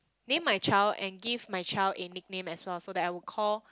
name my child and give my child a nickname as well so that I would call